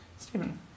Stephen